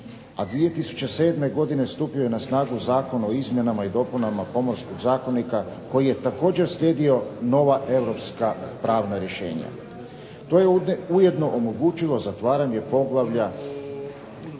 a 2007. godine stupio je na snagu Zakon o izmjenama i dopunama Pomorskog zakonika koji je također slijedio nova europska pravna rješenja. To je ujedno omogućilo zatvaranje poglavlja